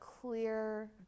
clear